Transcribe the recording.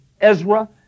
Ezra